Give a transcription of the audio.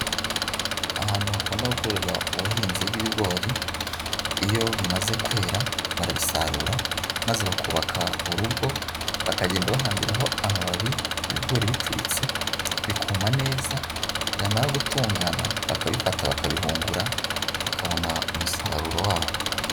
Ahantu hakunda gukorerwa ubuhinzi bw'ibigori iyo bimaze kwera barabisarura maze bakubaka urugo, bakagenda bahambiraho amababi ibigori bicuritse, bikuma neza byamara gutungana bakabifata bakabihungura, bakabona umusaruro wabo.